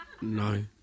No